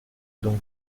donc